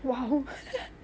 !wow!